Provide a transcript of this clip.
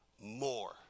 more